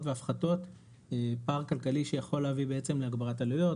והפחתות - פער כלכלי שיכול להביא להגברת עלויות,